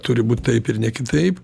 turi būt taip ir ne kitaip